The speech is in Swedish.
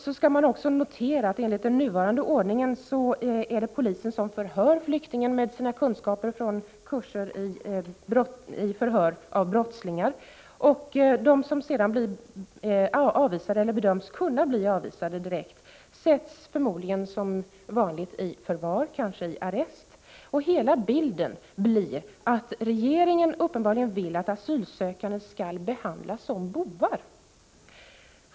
Därvid är att notera att enligt den nuvarande ordningen är det polisen som förhör flyktingen, utifrån de kunskaper som man från polisens sida förvärvat på kurser om förhörsteknik när det gäller brottslingar. De som sedan bedöms kunna bli avvisade direkt sätts förmodligen som vanligt i förvar — kanske i arrest. Det skapas därför en bild av att regeringen uppenbarligen vill att asylsökande skall behandlas som bovar.